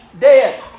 dead